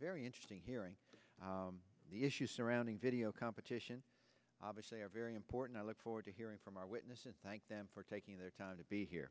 very interesting hearing the issues surrounding video competition obviously are very important i look forward to hearing from our witnesses thank them for taking their time to be here